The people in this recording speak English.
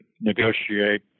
negotiate